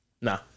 Nah